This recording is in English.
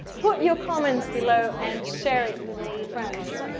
put your comments below and share it with all your friends.